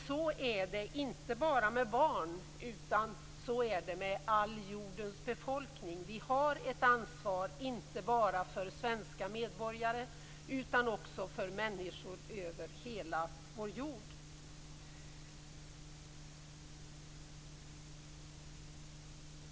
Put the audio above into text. Så är det inte bara med barn, utan så är det med all jordens befolkning. Vi har ett ansvar inte bara för svenska medborgare, utan också för människor över hela vår jord.